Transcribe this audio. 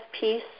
peace